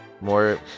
More